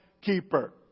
keeper